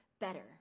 better